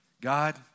God